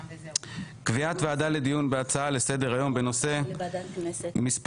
קביעת ועדה לדיון בהצעה לסדר היום בנושא: "מספר